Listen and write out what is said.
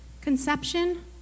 conception